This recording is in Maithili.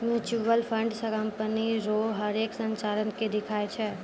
म्यूचुअल फंड कंपनी रो हरेक संचालन के दिखाय छै